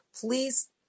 please